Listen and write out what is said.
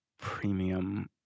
premium